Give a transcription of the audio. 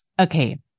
Okay